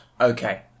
Okay